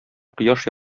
кояш